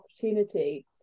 opportunity